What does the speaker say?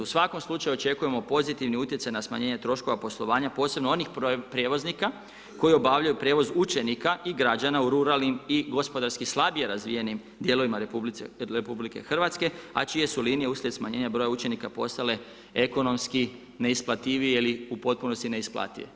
U svakom slučaju očekujemo pozitivni utjecaj na smanjenje troškova poslovanja, posebno onim prijevoznika, koji obavljaju prijevoz učenika i građana u ruralnim i gospodarski slabije razvijenim dijelovima RH, a čije su linije uslijed smanjenja broja učenika postale ekonomski neisplativije ili u potpunosti neisplative.